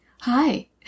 hi